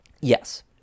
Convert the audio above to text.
yes